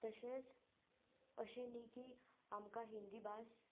तशेंच अशें न्ही की आमकां हिंदी भास